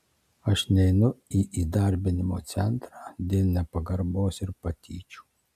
aš neinu į įdarbinimo centrą dėl nepagarbos ir patyčių